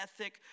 ethic